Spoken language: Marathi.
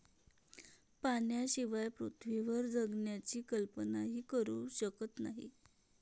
पाण्याशिवाय पृथ्वीवर जगण्याची कल्पनाही करू शकत नाही